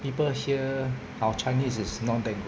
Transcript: people here our chinese is not that good